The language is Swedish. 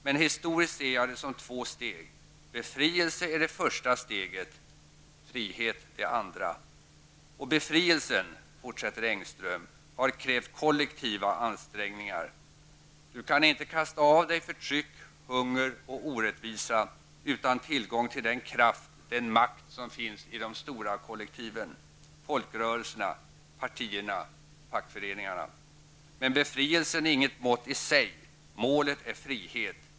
Men historiskt ser jag det som två steg: befrielse är det första steget, frihet det andra. Och befrielsen, fortsätter Engström, har krävt kollektiva ansträngningar. Du kan inte kasta av dig förtryck, hunger och orättvisa utan tillgång till den kraft, den makt som finns i de stora kollektiven, folkrörelserna, partierna, fackföreningarna. Men befrielsen är inget mål i sig: målet är frihet.